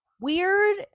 weird